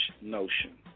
notion